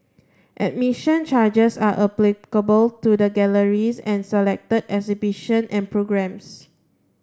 admission charges are applicable to the galleries and selected exhibitions and programmes